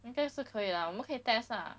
应该是可以 lah 我们可以 test ah